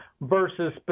versus